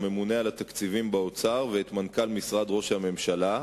את הממונה על התקציבים באוצר ואת מנכ"ל משרד ראש הממשלה,